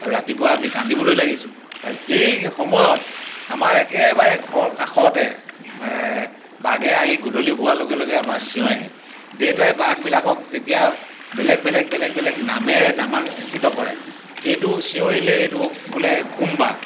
ৰাতিপুৱা আমি কান্দিবলৈ লাগিছোঁ আৰু সেই সময়ত আমাৰ একেবাৰে ঘৰ কাষতে বাঘে আহি গধূলি হোৱাৰ লগে লগে আমাৰ চিঞৰে দেউতাই বাঘবিলাকক তেতিয়া বেলেগ বেলেগ বেলেগ বেলেগ নামেৰে নামাংকৃত কৰে এইটো চিঞৰিলে এইটো বোলে ঘোম বাঘ